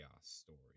story